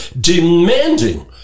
demanding